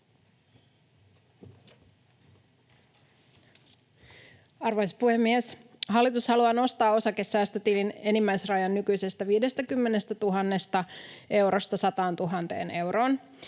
Arvoisa puhemies! Hallitus haluaa nostaa osakesäästötilin enimmäisrajan nykyisestä 50 000 eurosta 100 000 euroon.